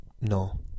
no